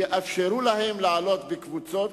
יאפשרו להם לעלות בקבוצות.